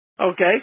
Okay